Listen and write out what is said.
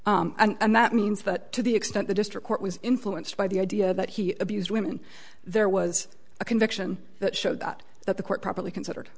know and that means that to the extent the district court was influenced by the idea that he abused women there was a conviction that showed that that the court properly considered